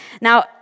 Now